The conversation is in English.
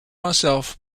myself